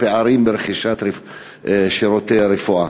בנושא הפערים ברכישת שירותי הרפואה.